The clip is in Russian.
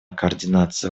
координация